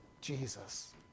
Jesus